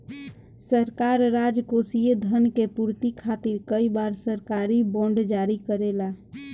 सरकार राजकोषीय धन के पूर्ति खातिर कई बार सरकारी बॉन्ड जारी करेला